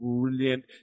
brilliant